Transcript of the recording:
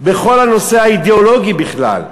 היא בכל הנושא האידיאולוגי בכלל.